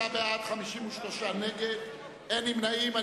23, בעד, 53 נגד, אין נמנעים.